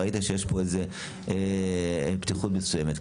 אתה ראית שיש פה איזה פתיחות מסוימת.